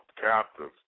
captive